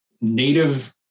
native